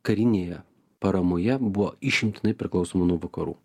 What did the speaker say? karinėje paramoje buvo išimtinai priklausoma nuo vakarų